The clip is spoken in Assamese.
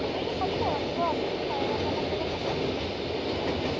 আমি থাকোঁ আহিব আপুনি চাৰে নটা মানলৈকে থাকোঁ